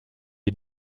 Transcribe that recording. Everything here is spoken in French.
est